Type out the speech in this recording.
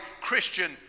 Christian